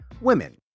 women